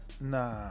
nah